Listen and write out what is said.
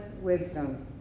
wisdom